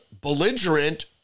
belligerent